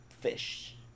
fish